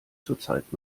zurzeit